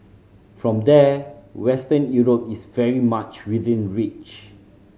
from there Western Europe is very much within reach